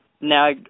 Now